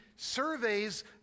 surveys